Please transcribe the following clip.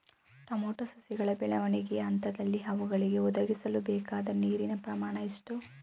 Tomato ಸಸಿಗಳ ಬೆಳವಣಿಗೆಯ ಹಂತದಲ್ಲಿ ಅವುಗಳಿಗೆ ಒದಗಿಸಲುಬೇಕಾದ ನೀರಿನ ಪ್ರಮಾಣ ಎಷ್ಟು?